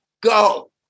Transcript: go